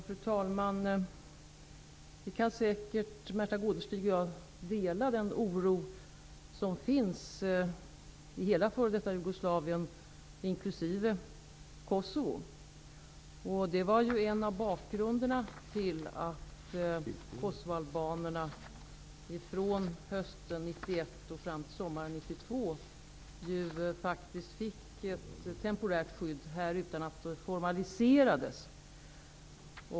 Fru talman! Märtha Gårdestig och jag kan säkert dela den oro som finns i hela f.d. Jugoslavien inklusive Kosovo. Det var en av bakgrunderna till att kosovoalbanerna från hösten 1991 fram till sommaren 1992 faktiskt fick ett temporärt skydd här utan att det formaliserades.